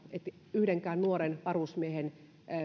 yhdenkään nuoren varusmiehen